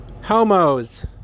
Homos